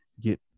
get